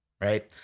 right